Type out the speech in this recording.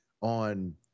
on